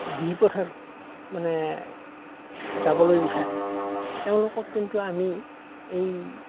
মানে যাবলৈ বিচাৰে তেওঁলোকক কিন্তু আমি এই